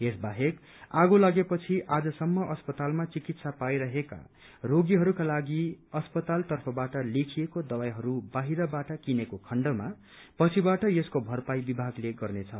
यस बाहेक आगो लागे पछि आजसम्म अस्पतालमा चिकित्सा पाइरहेका रोगीहरूका लागि अस्पताल तर्फबाट लेखिएको दवाईहरू बाहिरबाट किनेको खण्डको पछिबाट यसको भरपाई विभागले गर्नेछ